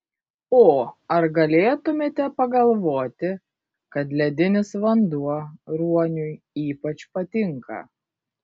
o ar galėtumėte pagalvoti kad ledinis vanduo ruoniui ypač patinka